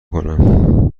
کنم